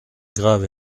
grave